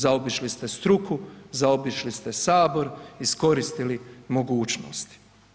Zaobišli ste struku, zaobišli ste Sabor, iskoristili mogućnost.